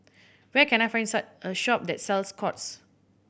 where can I find a shop that sells Scott's